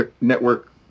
network